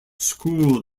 school